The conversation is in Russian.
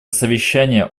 совещание